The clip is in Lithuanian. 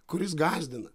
kuris gąsdina